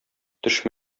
төш